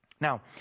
Now